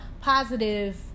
positive